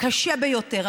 קשה ביותר.